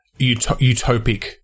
utopic